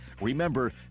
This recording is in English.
Remember